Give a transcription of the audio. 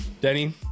Denny